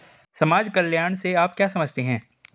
समाज कल्याण से आप क्या समझते हैं?